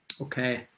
Okay